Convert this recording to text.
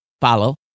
follow